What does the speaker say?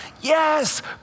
Yes